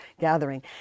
gathering